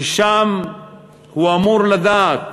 והוא אמור לדעת